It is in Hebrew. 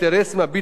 לבסוף,